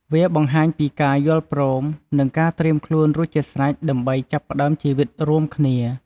វាបង្ហាញពីការយល់ព្រម និងការត្រៀមខ្លួនរួចជាស្រេចដើម្បីចាប់ផ្តើមជីវិតរួមគ្នា។